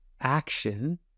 action